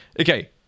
Okay